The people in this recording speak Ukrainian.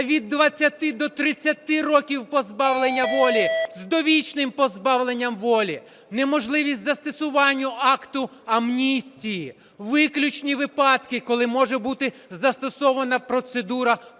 від 20 до 30 років позбавлення волі, з довічним позбавленням волі, неможливість застосування акту амністії, виключні випадки, коли може бути застосована процедура помилування,